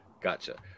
Gotcha